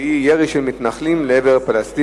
הצעות מס' 2935 ו-2973: ירי של מתנחלים לעבר פלסטינים.